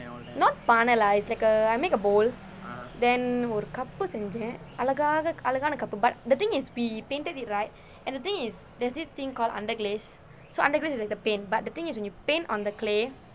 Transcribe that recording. not பானை:paanai lah it's like a I make a bowl then ஒரு:oru cup செய்தேன் அழகாக அழகான:seithen alagaaka alagaana cup but the thing is we painted it right and the thing is there's this thing called under glaze so under glaze is like a paint but the thing is when you paint on the clay